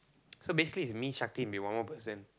so basically is me Shakti with one more person